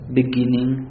beginning